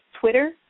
Twitter